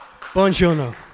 Buongiorno